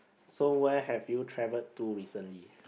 so where have you travelled to recently